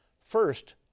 First